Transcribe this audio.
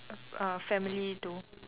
uh uh family though